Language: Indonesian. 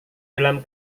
dalam